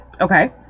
Okay